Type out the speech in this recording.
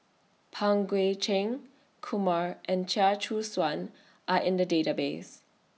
Pang Guek Cheng Kumar and Chia Choo Suan Are in The Database